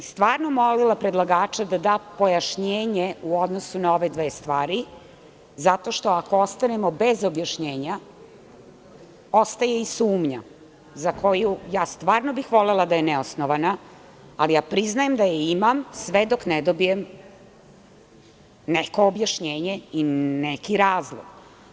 Stvarno bih molila predlagača da da pojašnjenje u odnosu na ove dve stvari, zato što ako ostanemo bez objašnjenja ostaje i sumnja za koju, stvarno bih volela da je neosnovana, ali priznajem da je imam sve dok ne dobijem neko objašnjenje i neki razloga.